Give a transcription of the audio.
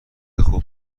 خوب